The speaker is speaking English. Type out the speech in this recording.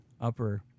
upper